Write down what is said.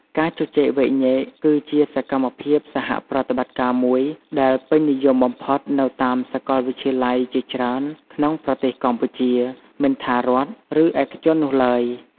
ការជជែកវែកញែក គឺជាសកម្មភាពសហប្រតិបត្តិមួយដែលពេញនិយមបំផុតនៅតាមសាកលវិទ្យាល័យជាច្រើនក្នុងប្រទេសកម្ពុជា មិនថារដ្ឋ ឬឯកជននោះឡើយ។។